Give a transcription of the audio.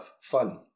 fun